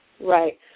Right